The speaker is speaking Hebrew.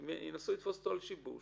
הם ינסו לתפוס על משהו.